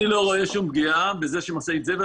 אני לא רואה שום פגיעה בזה שמשאית זבל,